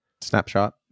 snapshot